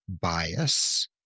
bias